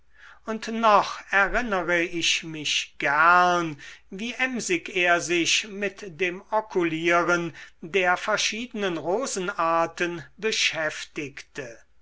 und noch erinnere ich mich gern wie emsig er sich mit dem okulieren der verschiedenen rosenarten beschäftigte